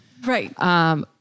Right